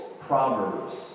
Proverbs